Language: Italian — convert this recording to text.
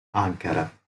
ankara